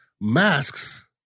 masks